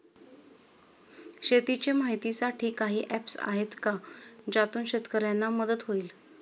शेतीचे माहितीसाठी काही ऍप्स आहेत का ज्यातून शेतकऱ्यांना मदत होईल?